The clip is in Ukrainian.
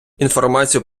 інформацію